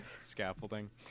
scaffolding